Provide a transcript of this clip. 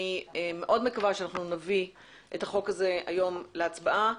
אני מאוד מקווה שנביא את החוק הזה היום להצבעה.